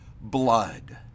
blood